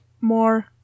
more